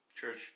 church